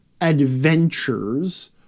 adventures